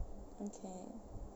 okay